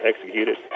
executed